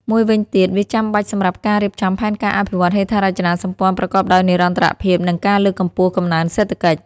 មួយវិញទៀត វាចាំបាច់សម្រាប់ការរៀបចំផែនការអភិវឌ្ឍន៍ហេដ្ឋារចនាសម្ព័ន្ធប្រកបដោយនិរន្តរភាព និងការលើកកម្ពស់កំណើនសេដ្ឋកិច្ច។